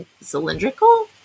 cylindrical